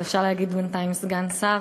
אבל אפשר להגיד בינתיים סגן השר.